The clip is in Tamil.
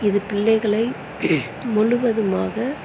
இது பிள்ளைகளை முழுவதுமாக